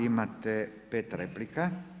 Imate pet replika.